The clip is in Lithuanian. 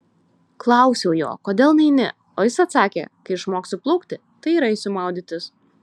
klausiau jo kodėl neini o jis atsakė kai išmoksiu plaukti tai ir eisiu maudytis